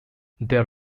there